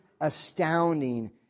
astounding